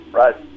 right